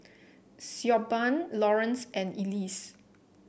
Siobhan Lawrance and Elise